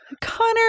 Connor